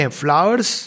flowers